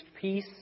peace